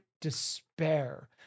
despair